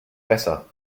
besser